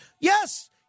Yes